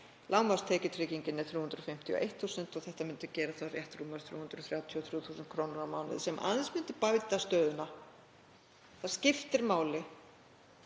Lágmarkstekjutryggingin er 351.000 kr. og þetta myndi þá gera rétt rúmar 333.000 kr. á mánuði sem aðeins myndi bæta stöðuna. Það skiptir máli